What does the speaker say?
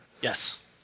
Yes